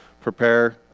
prepare